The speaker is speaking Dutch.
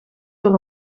door